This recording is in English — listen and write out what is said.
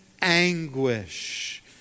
anguish